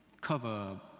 cover